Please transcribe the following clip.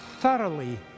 thoroughly